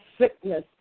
sickness